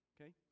Okay